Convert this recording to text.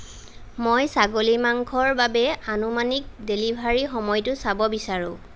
মই ছাগলী মাংসৰ বাবে আনুমানিক ডেলিভাৰীৰ সময়টো চাব বিচাৰোঁ